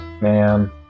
Man